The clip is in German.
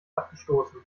abgestoßen